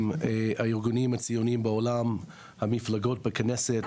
הם הארגונים הציונים בעולם, המפלגות בכנסת,